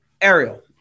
Ariel